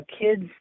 kids